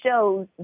shows